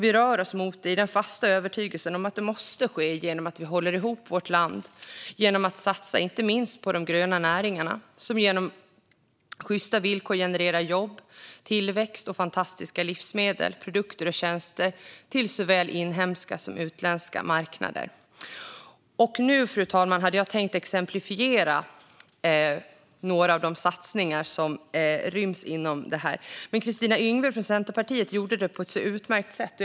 Vi rör oss mot det i den fasta övertygelsen att det måste ske genom att vi håller ihop vårt land genom att satsa inte minst på de gröna näringarna, som genom sjysta villkor genererar jobb, tillväxt och fantastiska livsmedel, produkter och tjänster till såväl inhemska som utländska marknader. Nu, fru talman, hade jag tänkt exemplifiera några av de satsningar som ryms inom detta, men Kristina Yngwe från Centerpartiet har redan gjort det på ett utmärkt sätt.